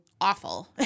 awful